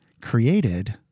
created